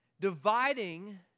Dividing